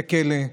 בבתי כלא,